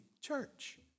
church